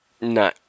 No